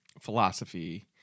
philosophy